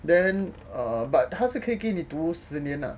then err but 他是可以给你读十年啦